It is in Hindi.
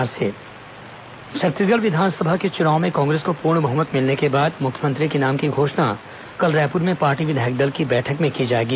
मुख्यमंत्री चयन कांग्रेस बैठक छत्तीसगढ़ विधानसभा के चुनाव में कांग्रेस को पूर्ण बहुमत मिलने के बाद मुख्यमंत्री के नाम की घोषणा कल रायपुर में पार्टी विधायक दल की बैठक में की जाएगी